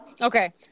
Okay